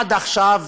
עד עכשיו